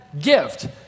gift